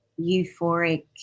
euphoric